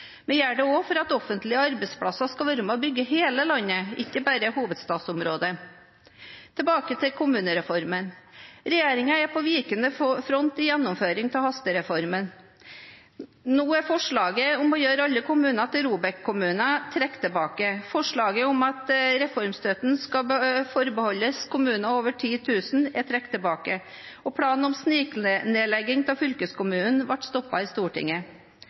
Vi gjør det også for at offentlige arbeidsplasser skal være med og bygge hele landet, ikke bare hovedstadsområdet. Tilbake til kommunereformen: Regjeringen er på vikende front i gjennomføring av hastereformen. Nå er forslaget om å gjøre alle kommuner til ROBEK-kommuner trukket tilbake. Forslaget om at reformstøtten skal forbeholdes kommuner med over 10 000 innbyggere, er trukket tilbake, og planen om sniknedlegging av fylkeskommunen ble stoppet i Stortinget.